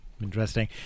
Interesting